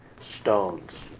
stones